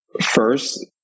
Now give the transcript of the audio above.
First